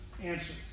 Answer